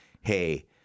hey